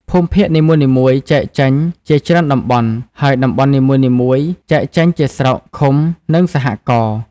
ភូមិភាគនីមួយៗ ចែកចេញ ជាច្រើនតំបន់ ហើយតំបន់នីមួយៗ ចែកចេញជាស្រុក ឃុំ និងសហករណ៍។